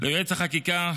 ליועץ החקיקה